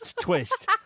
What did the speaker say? twist